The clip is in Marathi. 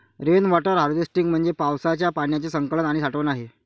रेन वॉटर हार्वेस्टिंग म्हणजे पावसाच्या पाण्याचे संकलन आणि साठवण आहे